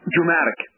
Dramatic